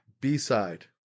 b-side